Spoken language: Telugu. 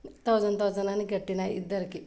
థౌసండ్ థౌసండ్ అని కట్టిన ఇద్దరికి